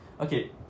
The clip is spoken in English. Okay